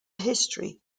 history